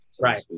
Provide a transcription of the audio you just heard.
Right